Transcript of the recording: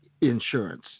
insurance